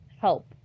help